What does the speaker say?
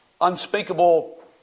Unspeakable